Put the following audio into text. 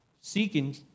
Seeking